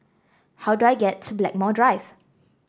how do I get to Blackmore Drive